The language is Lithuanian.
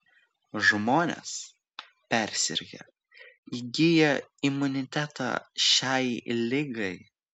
žmonės persirgę įgyja imunitetą šiai ligai